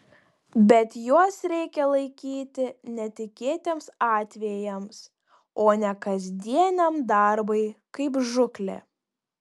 bet juos reikia laikyti netikėtiems atvejams o ne kasdieniam darbui kaip žūklė